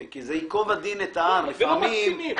קצין, עשה לו את השימוע.